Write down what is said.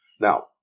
Now